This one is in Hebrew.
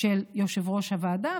של יושב-ראש הוועדה,